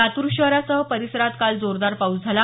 लातूर शहरासह परिसरात काल जोरदार पाऊस झाला